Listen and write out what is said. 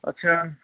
ਅੱਛਾ